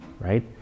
right